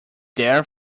there